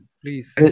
please